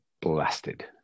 blasted